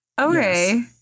Okay